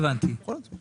זה לא תקנים חדשים.